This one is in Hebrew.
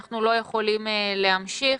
אנחנו לא יכולים להמשיך.